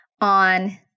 on